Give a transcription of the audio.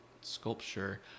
sculpture